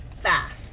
fast